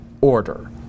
order